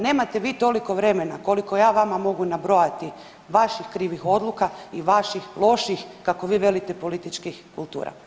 Nemate vi toliko vremena koliko ja vama mogu nabrojati vaših krivih odluka i vaših loših kako vi velite političkih kultura.